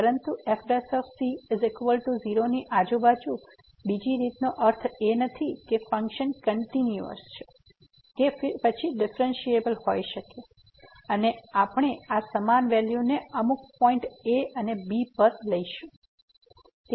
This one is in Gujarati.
પરંતુ fc0 ની આજુબાજુની બીજી રીતનો અર્થ એ નથી કે ફંક્શન કંટીન્યુયસ ડિફ્રેન્સીએબલ હોઈ શકે અને આપણે આ સમાન વેલ્યુને અમુક પોઈન્ટ a અને b પર લઈશું